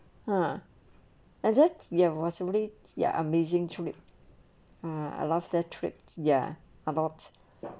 ah legit ya was really ya amazing trip ah I love the threats there about